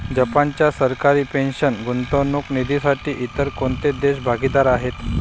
जपानच्या सरकारी पेन्शन गुंतवणूक निधीसाठी इतर कोणते देश भागीदार आहेत?